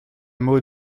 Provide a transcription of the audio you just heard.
mot